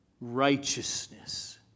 righteousness